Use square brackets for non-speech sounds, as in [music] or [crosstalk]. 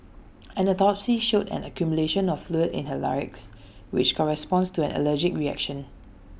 [noise] an autopsy showed an accumulation of fluid in her larynx [noise] which corresponds to an allergic reaction